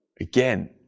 Again